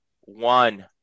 one